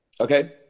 Okay